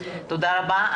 תודה רבה.